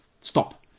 Stop